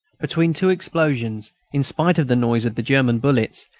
between two explosions, in spite of the noise of the german bullets,